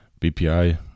BPI